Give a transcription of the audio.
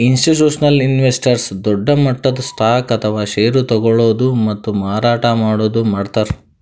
institutional investors ದೊಡ್ಡ್ ಮಟ್ಟದ್ stocks ಅಥವಾ ಷೇರ್ ತಗೋಳದು ಮತ್ತ್ ಮಾರಾಟ್ ಮಾಡದು ಮಾಡ್ತಾರ್